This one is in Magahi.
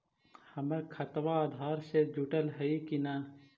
हमर खतबा अधार से जुटल हई कि न?